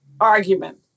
argument